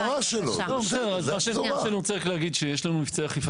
אני רק רוצה להגיד שיש לנו מבצעי אכיפה